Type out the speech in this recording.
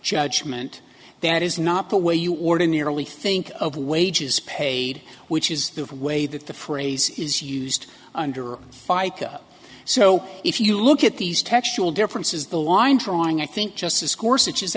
judgment that is not the way you ordinarily think of wages paid which is the way that the phrase is used under fica so if you look at these textual differences the line drawing i think just discourse which is